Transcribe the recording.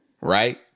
right